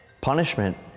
Punishment